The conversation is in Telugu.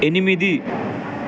ఎనిమిది